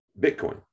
Bitcoin